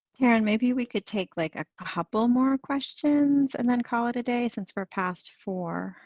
and maybe we could take like a couple more questions and then call it a day since we're past four.